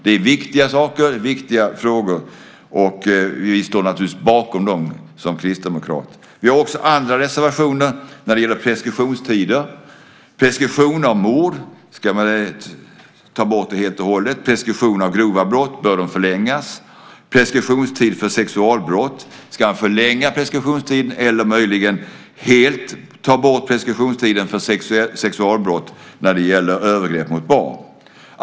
Det är viktiga frågor, och vi kristdemokrater står naturligtvis bakom dessa. Vi har också andra reservationer när det gäller preskriptionstider. Frågan är om man ska ta bort preskriptionstiden helt och hållet när det gäller mord. Bör preskriptionstiden för grova brott förlängas? Ska man förlänga preskriptionstiden för sexualbrott eller möjligen helt ta bort den när det gäller övergrepp mot barn? Herr talman!